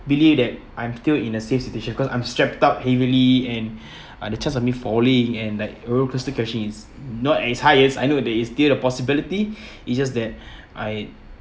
believe that I'm still in a safe situation cause I'm strapped up heavily and uh the chance of me falling and like roller coaster crashing is not as high risk I know there is still a possibility it's just that I